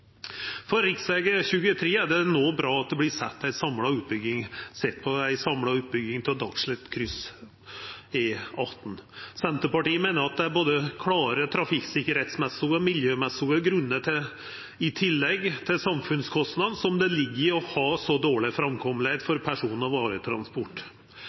For rv. 23 er det bra at det vert sett på ei samla utbygging av Dagslett–kryss E18. Senterpartiet meiner at det er klare både trafikksikkerheits- og miljømessige grunnar, i tillegg til samfunnskostnaden i å ha så dårleg